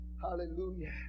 Hallelujah